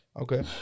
Okay